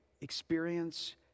experience